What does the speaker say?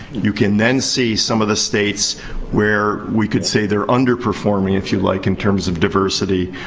you can then see some of the states where we could say they're underperforming, if you'd like, in terms of diversity.